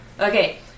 Okay